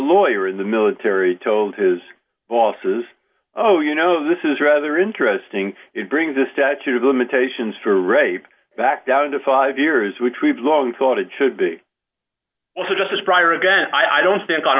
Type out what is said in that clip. lawyer in the military told his bosses oh you know this is rather interesting in bringing the statute of limitations for rape back down to five years which we've long thought it should be well so justice prior again i don't think on